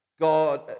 God